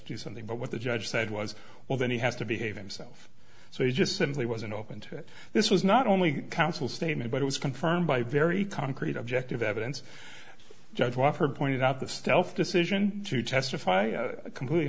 to something but what the judge said was well then he has to behave himself so he just simply wasn't open to it this was not only counsel statement but it was confirmed by very concrete objective evidence judge walker pointed out the stealth decision to testify completely